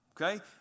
Okay